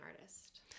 artist